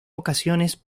ocasiones